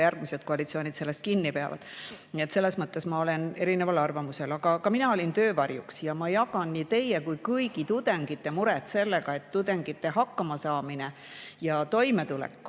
järgmised koalitsioonid sellest kinni. Nii et selles mõttes ma olen erineval arvamusel. Aga ka mina olin töövarjuks ja ma jagan nii teie kui kõigi tudengite muret selle pärast, et tudengite hakkamasaamine ja toimetulek